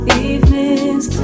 evenings